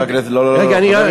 חבר הכנסת זאב,